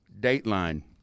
Dateline